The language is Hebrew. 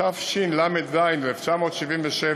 התשל"ז 1977,